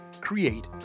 create